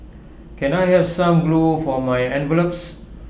can I have some glue for my envelopes